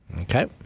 Okay